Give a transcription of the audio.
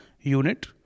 unit